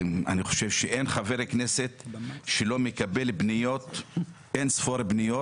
אני חושב שאין חבר כנסת שלא מקבל אין ספור פניות,